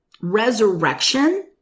resurrection